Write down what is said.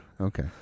okay